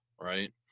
right